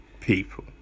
people